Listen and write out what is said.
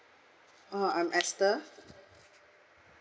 uh I'm esther